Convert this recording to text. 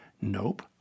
Nope